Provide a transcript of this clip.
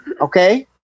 okay